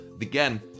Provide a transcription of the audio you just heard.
Again